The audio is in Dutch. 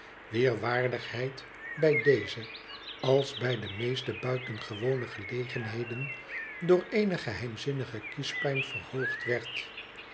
wier waardigheid bij deze als bij de meeste buitengewone gelegenheden door eene geheimzinnige kiespijn verhoogd werd